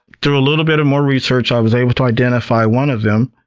through a little bit more research, i was able to identify one of them.